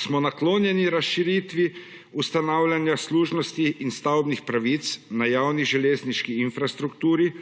smo naklonjeni razširitvi ustanavljanja služnosti in stavbnih pravic na javni železniški infrastrukturi